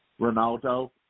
Ronaldo